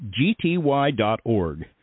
gty.org